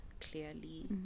clearly